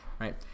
right